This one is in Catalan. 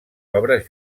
obres